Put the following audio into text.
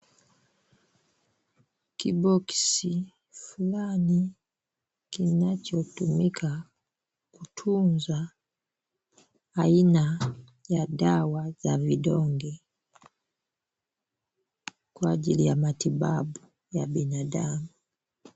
Kiboksi fulani kinachotumika kutunza aina ya dawa za vidonge kwa ajili ya matibabu ya binadamu.